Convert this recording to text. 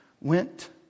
went